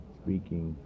speaking